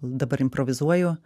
dabar improvizuoju